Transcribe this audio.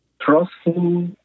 trustful